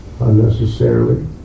unnecessarily